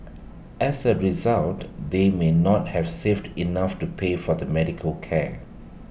as A result they may not have saved enough to pay for their medical care